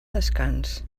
descans